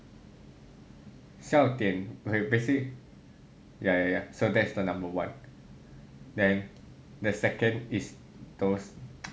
笑点 okay basic~ yeah yeah yeah so that's the number one then the second is those